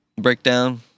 breakdown